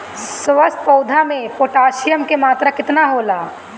स्वस्थ पौधा मे पोटासियम कि मात्रा कितना होला?